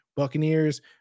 Buccaneers